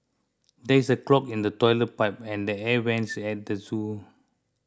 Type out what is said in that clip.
there is a clog in the Toilet Pipe and the Air Vents at the zoo